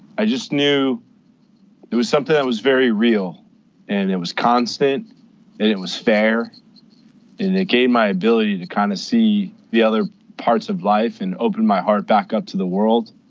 i just knew it was something that was very real and it was constant and it was fair and it gave my ability to kind of see the other parts of life and open my heart back up to the world.